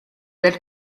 del